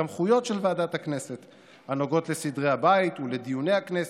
סמכויות של ועדת הכנסת הנוגעות לסדרי הבית ולדיוני הכנסת,